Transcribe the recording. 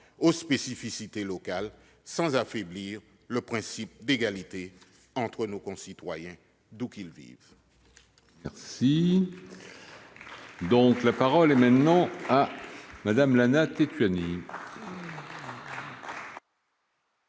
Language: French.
aux spécificités locales sans affaiblir le principe d'égalité entre nos concitoyens, où qu'ils vivent ? La parole est à Mme Lana Tetuanui.